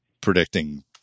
predicting